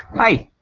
hi,